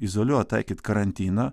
izoliuot taikyt karantiną